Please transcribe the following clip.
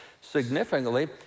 Significantly